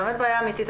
זו באמת בעיה אמיתית.